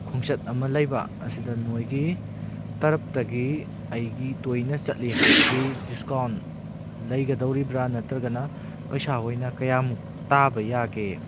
ꯈꯣꯡꯆꯠ ꯑꯃ ꯂꯩꯕ ꯑꯁꯤꯗ ꯅꯈꯣꯏꯒꯤ ꯇꯔꯞꯇꯒꯤ ꯑꯩꯒꯤ ꯇꯣꯏꯅ ꯆꯠꯂꯤ ꯍꯥꯏꯕꯒꯤ ꯗꯤꯁꯀꯥꯎꯟ ꯂꯩꯒꯗꯧꯔꯤꯕ꯭ꯔꯥ ꯅꯠꯇ꯭ꯔꯒꯅ ꯄꯩꯁꯥ ꯑꯣꯏꯅ ꯀꯌꯥꯃꯨꯛ ꯇꯥꯕ ꯌꯥꯒꯦ